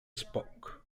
spoke